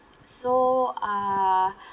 so uh